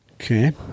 Okay